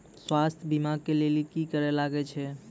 स्वास्थ्य बीमा के लेली की करे लागे छै?